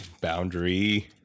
boundary